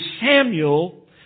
Samuel